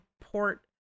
Port